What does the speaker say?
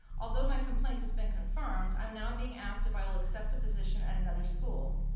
although my complaint has been confirmed, i'm not being asked if i will accept a position at another school.